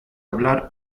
hablar